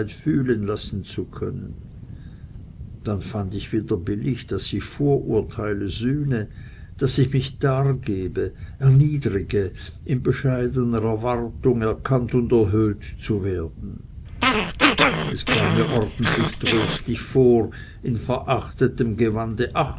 fühlen lassen zu können dann fand ich wieder billig daß ich vorurteile sühne daß ich mich dargebe erniedrige in bescheidener erwartung erkannt und erhöht zu werden es kam mir ordentlich tröstlich vor in verachtetem gewande